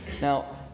Now